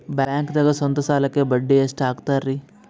ಬ್ಯಾಂಕ್ದಾಗ ಸ್ವಂತ ಸಾಲಕ್ಕೆ ಬಡ್ಡಿ ಎಷ್ಟ್ ಹಕ್ತಾರಿ?